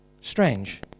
strange